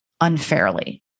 unfairly